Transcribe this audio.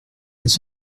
elles